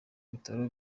bitaro